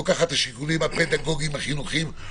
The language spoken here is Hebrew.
את השיקולים הפדגוגים החינוכיים,